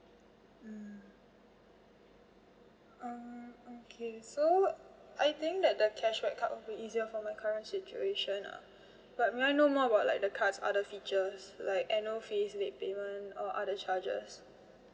mm uh okay so I think that the cashback card will be easier for my current situation ah but may I know more about like the cards other features like annual fee late payment or other charges